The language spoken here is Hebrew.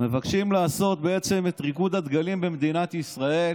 מבקשים לעשות בעצם את ריקוד הדגלים במדינת ישראל